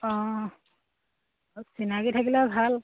অঁ চিনাকি থাকিলে ভাল